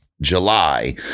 July